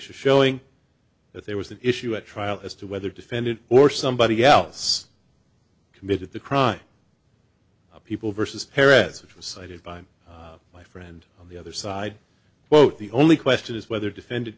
showing that there was an issue at trial as to whether defendant or somebody else committed the crime people versus perez which was cited by my friend on the other side well the only question is whether defended